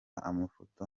amafoto